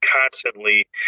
constantly